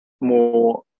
more